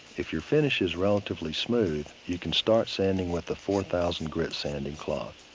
if your finish is relatively smooth, you can start sanding with the four thousand grit sanding cloth.